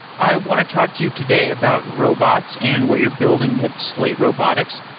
i want to talk to you today about robots and what you're building at slate robotics.